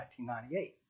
1998